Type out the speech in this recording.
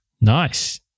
Nice